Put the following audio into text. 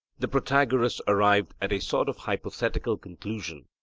the protagoras arrived at a sort of hypothetical conclusion,